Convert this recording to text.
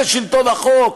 זה שלטון החוק?